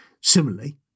Similarly